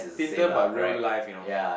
tinder but real life you know